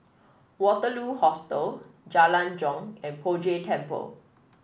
Waterloo Hostel Jalan Jong and Poh Jay Temple